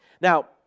Now